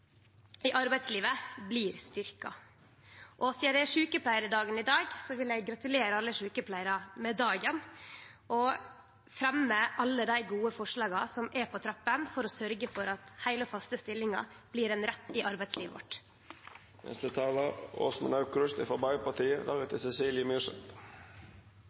i arbeidslivet blir styrkte. Og sidan det er sjukepleiardagen i dag, vil eg gratulere alle sjukepleiarar med dagen og fremja alle dei gode forslaga som er på trappene for å sørgje for at heile, faste stillingar blir ein rett i arbeidslivet